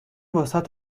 واست